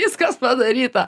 viskas padaryta